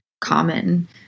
common